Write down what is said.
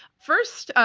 first, ah